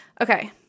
okay